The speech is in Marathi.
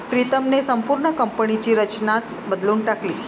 प्रीतमने संपूर्ण कंपनीची रचनाच बदलून टाकली